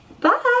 Bye